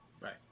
Right